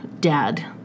dad